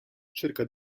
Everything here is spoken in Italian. cerca